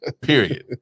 Period